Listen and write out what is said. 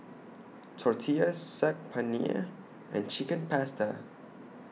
Tortillas Saag Paneer and Chicken Pasta